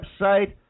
website